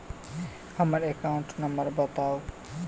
हम्मर account number बताऊ?